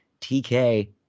TK